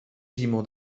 zéro